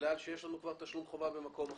בגלל שיש לנו כבר תשלום חובה במקום אחר.